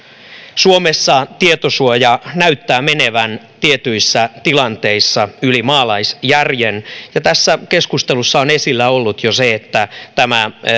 suomessa tietosuoja näyttää menevän tietyissä tilanteissa yli maalaisjärjen ja tässä keskustelussa on esillä ollut jo se että tämä